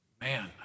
man